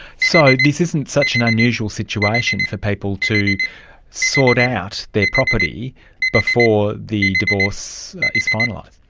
so this isn't such an unusual situation for people to sort out their property before the divorce is finalised.